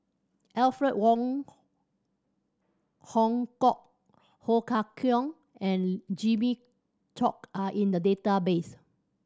Alfred Wong Hong Kwok Ho Kah Leong and Jimmy Chok are in the database